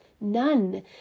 none